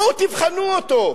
בואו, תבחנו אותו.